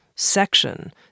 Section